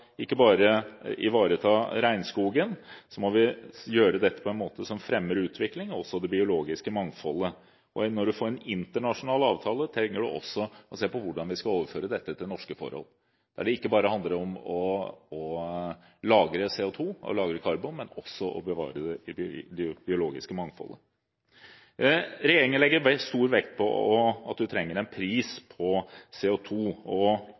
ivareta regnskogen, må vi gjøre dette på en måte som fremmer utvikling og det biologiske mangfoldet. Når man får en internasjonal avtale, trenger man også å se på hvordan vi skal overføre dette til norske forhold, der det ikke bare handler om å lagre CO2, men også om å bevare det biologiske mangfoldet. Regjeringen legger stor vekt på at man trenger en pris på CO2, og